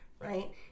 Right